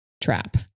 trap